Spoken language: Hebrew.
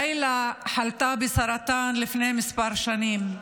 לילה חלתה בסרטן לפני כמה שנים,